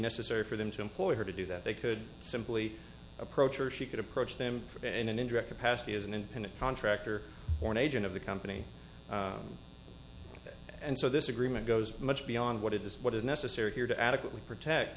necessary for them to employ her to do that they could simply approach her she could approach them in an indirect capacity as an independent contractor or an agent of the company and so this agreement goes much beyond what it is what is necessary here to adequately protect